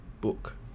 book